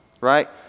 right